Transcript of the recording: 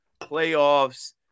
playoffs